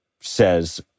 says